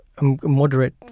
moderate